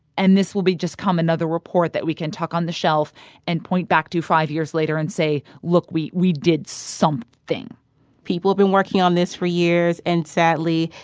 and this will be just come another report that we can tuck on the shelf and point back to five years later and say, look, we we did something people have been working on this for years. and sadly,